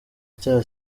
icyaha